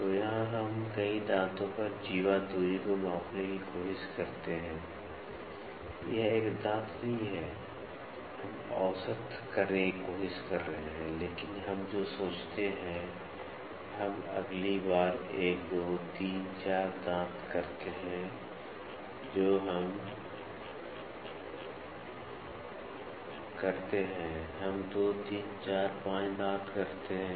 तो यहां हम कई दांतों पर जीवा दूरी को मापने की कोशिश करते हैं यह एक दांत नहीं है हम औसत करने की कोशिश कर रहे हैं लेकिन हम जो सोचते हैं हम अगली बार 1 2 3 4 दांत करते हैं जो हम करते हैं करते हैं हम 2 3 4 5 दांत करते हैं